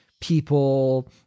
people